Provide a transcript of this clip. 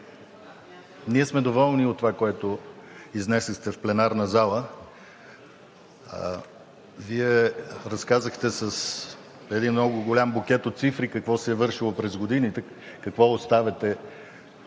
ние сме доволни от това, което изнесохте в пленарната зала. Вие разказахте с един много голям букет от цифри какво се е вършело през годините, какво оставяте